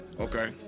Okay